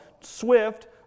swift